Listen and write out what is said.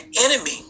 enemy